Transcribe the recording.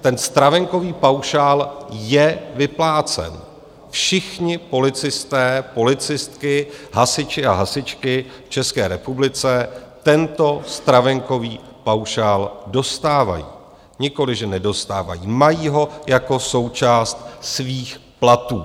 Ten stravenkový paušál je vyplácen, všichni policisté, policistky, hasiči a hasičky v České republice tento stravenkový paušál dostávají, nikoliv že nedostávají, mají ho jako součást svých platů.